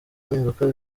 impinduka